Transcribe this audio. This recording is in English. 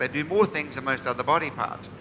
ah do more things than most other body parts.